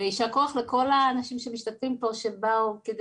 וישר כוח לכל האנשים שהשתתפו פ הובאו על מנת